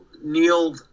Neil